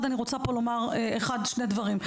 אחד אני רוצה פה לומר שני דברים.